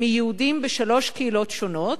מיהודים בשלוש קהילות שונות,